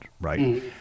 right